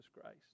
Christ